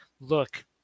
look